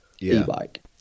e-bike